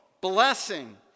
Blessing